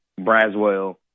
Braswell